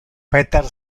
peter